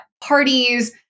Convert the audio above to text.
parties